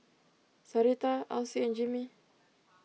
Sarita Alcee and Jimmie